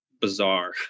bizarre